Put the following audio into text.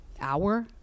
hour